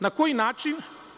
Na koji način?